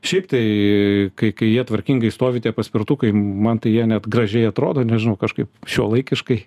šiaip tai kai kai jie tvarkingai stovi tie paspirtukai man tai jie net gražiai atrodo nežinau kažkaip šiuolaikiškai